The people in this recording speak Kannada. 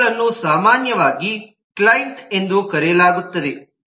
ಇವುಗಳನ್ನು ಸಾಮಾನ್ಯವಾಗಿ ಕ್ಲೈಂಟ್ ಎಂದು ಕರೆಯಲಾಗುತ್ತದೆ